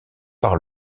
par